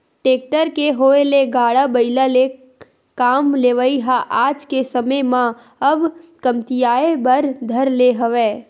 tractor के होय ले गाड़ा बइला ले काम लेवई ह आज के समे म अब कमतियाये बर धर ले हवय